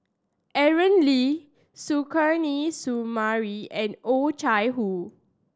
Aaron Lee Suzairhe Sumari and Oh Chai Hoo